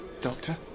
Doctor